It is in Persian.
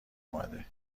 اومده